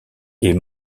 est